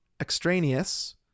extraneous